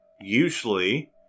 usually